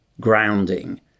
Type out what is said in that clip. grounding